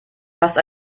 fast